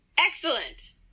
Excellent